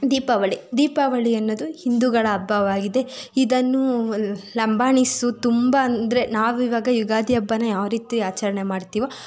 ದೀಪಾವಳಿ ದೀಪಾವಳಿ ಅನ್ನೋದು ಹಿಂದೂಗಳ ಹಬ್ಬವಾಗಿದೆ ಇದನ್ನು ಲಂಬಾಣಿಸು ತುಂಬ ಅಂದರೆ ನಾವೀವಾಗ ಯುಗಾದಿ ಹಬ್ಬನ ಯಾವ ರೀತಿ ಆಚರಣೆ ಮಾಡ್ತಿವೋ